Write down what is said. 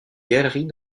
galerie